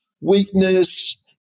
weakness